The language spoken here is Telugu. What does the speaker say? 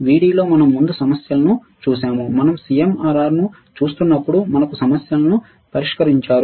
VD లో మనం ముందు సమస్యలను చూశాము మనం CMRR ను చూస్తున్నప్పుడు మనకు సమస్యలను పరిష్కరించారు